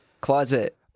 Closet